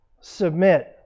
submit